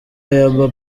ayabba